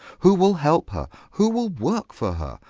who will help her? who will work for her?